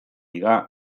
liga